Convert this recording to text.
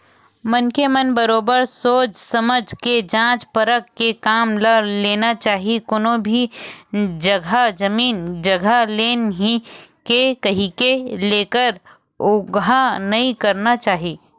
मनखे मन ल बरोबर सोझ समझ के जाँच परख के काम ल लेना चाही कोनो भी जघा जमीन जघा लेना ही हे कहिके लकर लउहा नइ करना चाही